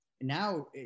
now